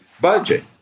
budget